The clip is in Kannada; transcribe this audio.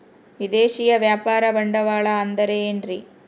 ವಿದೇಶಿಯ ವ್ಯಾಪಾರ ಬಂಡವಾಳ ಅಂದರೆ ಏನ್ರಿ?